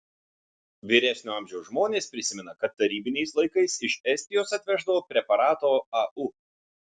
vyresnio amžiaus žmonės prisimena kad tarybiniais laikais iš estijos atveždavo preparato au